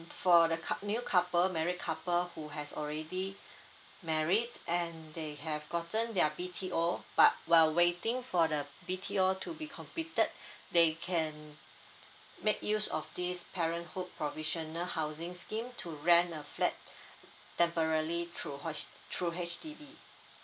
for the couple new couple married couple who has already married and they have gotten their B_T_O but while waiting for the B_T_O to be completed they can make use of this parenthood provisional housing scheme to rent a flat temporally through H through H_D_B